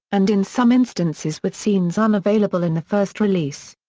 and in some instances with scenes unavailable in the first release.